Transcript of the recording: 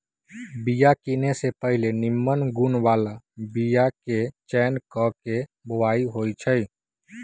बिया किने से पहिले निम्मन गुण बला बीयाके चयन क के बोआइ होइ छइ